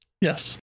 Yes